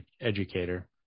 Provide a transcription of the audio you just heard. educator